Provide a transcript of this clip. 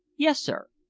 yes, sir.